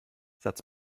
satz